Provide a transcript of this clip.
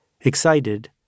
excited